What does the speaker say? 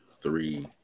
three